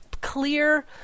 clear